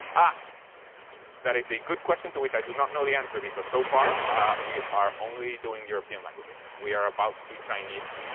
ah that is a good question to which i do not know the answer because so far we are only doing european languages. we are about to do chinese.